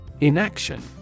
Inaction